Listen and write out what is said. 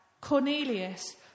Cornelius